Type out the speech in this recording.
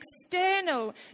external